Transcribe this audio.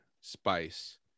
spice